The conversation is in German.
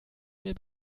mir